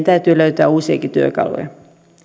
täytyy löytää uusiakin työkaluja